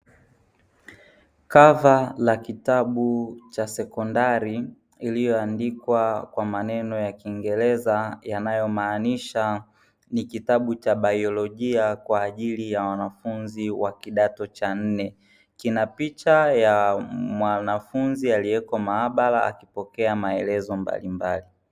Kava la kitabu cha sekondari iliyoandikwa kwa maneno ya kingereza yanayomaanisha ni kitabu cha bailojia kwa ajili ya wanafunzi wa kidato cha nne. Kina picha ya mwanafunzi aliyeko maabara akipokea maelezo mbalimbali.